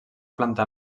planta